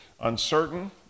uncertain